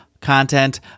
content